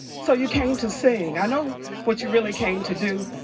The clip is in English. so you came to sing. i know what you really came to do.